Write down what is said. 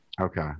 okay